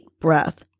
breath